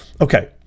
Okay